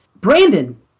Brandon